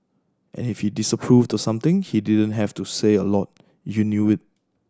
and if he disapproved of something he didn't have to say a lot you knew it